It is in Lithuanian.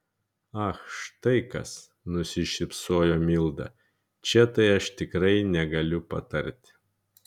ach štai kas nusišypsojo milda čia tai aš tikrai negaliu patarti